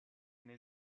new